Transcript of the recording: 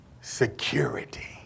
security